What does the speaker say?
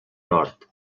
nord